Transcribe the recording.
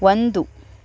ಒಂದು